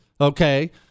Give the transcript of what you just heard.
Okay